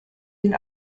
den